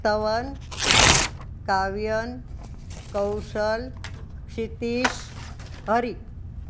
Stavan Kavyan Kaushal Kshitish Hari